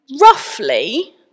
roughly